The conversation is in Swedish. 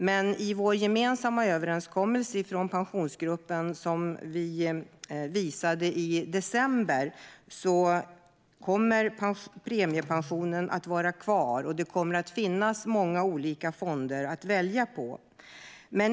Men i vår gemensamma överenskommelse i Pensionsgruppen som vi visade i december kommer premiepensionen att vara kvar, och det kommer att finnas många olika fonder att välja på.